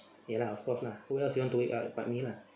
ya lah of course lah who else you want to wake up but me lah